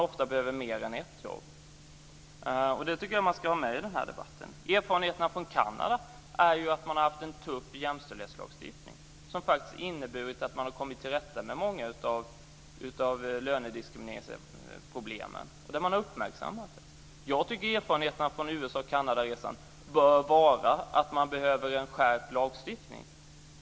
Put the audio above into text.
Ofta behöver man mer än ett jobb. Det tycker jag att man ska ha med i den här debatten. Erfarenheterna från Kanada är ju att man har haft en tuff jämställdhetslagstiftning som faktiskt inneburit att man har kommit till rätta med många av problemen med lönediskrimineringen. Man har uppmärksammat detta. Jag tycker att erfarenheterna från resan till USA och Kanada bör vara att man behöver en skärpt lagstiftning.